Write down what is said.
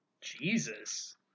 Jesus